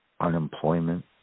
unemployment